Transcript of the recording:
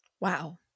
Wow